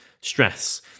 stress